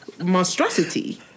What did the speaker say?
monstrosity